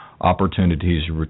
opportunities